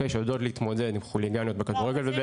שיודעות להתמודד עם חוליגניות בכדורגל.